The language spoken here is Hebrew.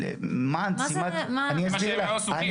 מה זאת אומרת?